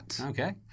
Okay